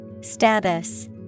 Status